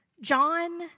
John